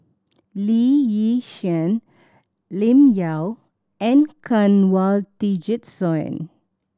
Lee Yi Shyan Lim Yau and Kanwaljit Soin